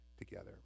together